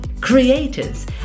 creators